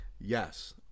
Yes